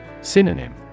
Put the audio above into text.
Synonym